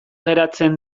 geratzen